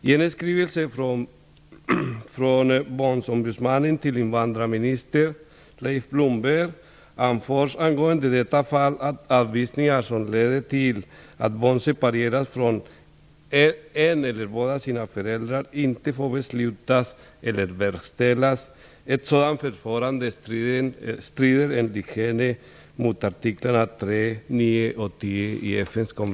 I en skrivelse från barnombudsmannen till invandrarminister Leif Blomberg anförs angående detta fall att avvisningar som leder till att barn separeras från en förälder eller båda föräldrarna inte får beslutas eller verkställas. Ett sådant förfarande strider enligt barnombudsmannen mot artiklarna 3, 9 och 10 i Herr talman!